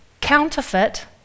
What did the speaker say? Counterfeit